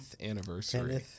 anniversary